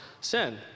sin